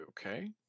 Okay